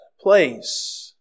place